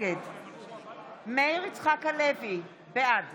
נגד מאיר יצחק הלוי, בעד